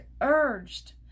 urged